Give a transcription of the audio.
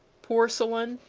porcelain,